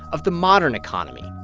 of the modern economy.